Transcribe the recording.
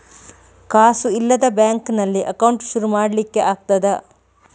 ಕಾಸು ಇಲ್ಲದ ಬ್ಯಾಂಕ್ ನಲ್ಲಿ ಅಕೌಂಟ್ ಶುರು ಮಾಡ್ಲಿಕ್ಕೆ ಆಗ್ತದಾ?